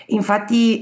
Infatti